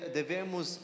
devemos